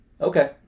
Okay